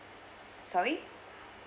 sorry